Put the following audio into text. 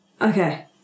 Okay